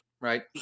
right